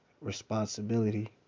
responsibility